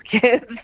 kids